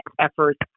efforts